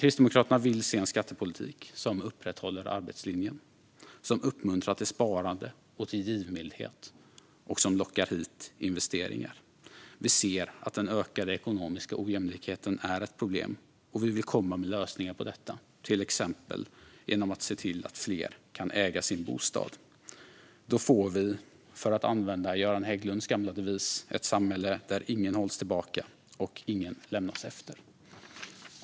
Kristdemokraterna vill se en skattepolitik som upprätthåller arbetslinjen, som uppmuntrar till sparande och till givmildhet och som lockar hit investeringar. Vi ser att den ökade ekonomiska ojämlikheten är ett problem. Vi vill komma med lösningar på detta, till exempel genom att se till att fler kan äga sin bostad. Då får vi, för att använda Göran Hägglunds gamla devis, ett samhälle där ingen hålls tillbaka och ingen lämnas efter.